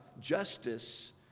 justice